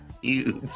Huge